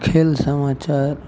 खेल समाचार